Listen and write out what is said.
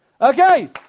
Okay